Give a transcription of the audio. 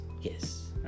Yes